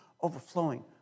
overflowing